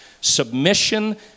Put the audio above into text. submission